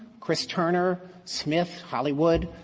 chris turner, smith, hollywood,